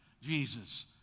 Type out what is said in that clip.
Jesus